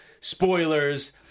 spoilers